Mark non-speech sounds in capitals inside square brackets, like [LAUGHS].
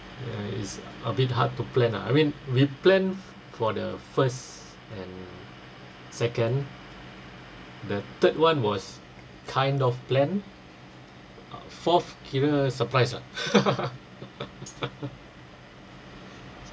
uh it's a bit hard to plan ah I mean we plan for the first and second the third one was kind of planned uh fourth kira surprise ah [LAUGHS]